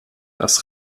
das